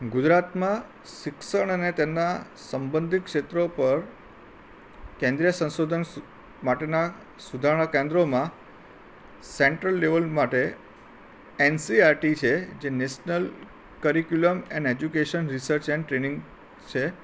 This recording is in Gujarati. ગુજરાતમાં શિક્ષણ અને તેનાં સંબંધિત ક્ષેત્રો પર કેન્દ્રીય સંશોધન માટેનાં સુધારણા કેન્દ્રોમાં સેન્ટ્રલ લેવલ માટે એનસીઆરટી છે જે national curriculum and education research and training છે